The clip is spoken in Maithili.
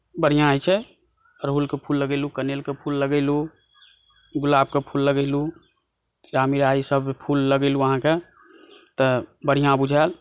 बढ़िऑं होइ छै उड़हुलके फुल लगेलहुँ कनैलके फुल लगेलहुँ गुलाबके फुल लगेलहुँ तिउरा मीरा ई सभ फुल लगेलहुँ अहाँकेँ तऽ बढ़िऑं बुझाएल